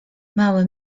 mały